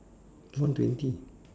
one twenty